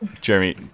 Jeremy